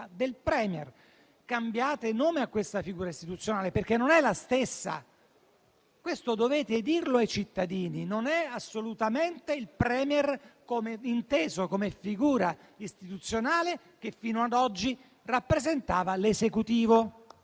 del *Premier*. Cambiate nome a questa figura istituzionale, perché non è la stessa: questo dovete dirlo ai cittadini, non è assolutamente il *Premier* inteso come la figura istituzionale che fino ad oggi rappresentava l'Esecutivo.